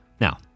Now